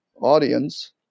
audience